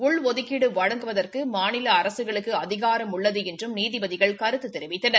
உள்ஒதுக்கீடு வழங்குவதற்கு மாநில அரசுகளுக்கு அதிகாரம் உள்ளது என்றும் நீதிபதிகள் கருத்து தெரிவித்தனர்